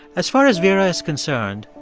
as far as vera is concerned,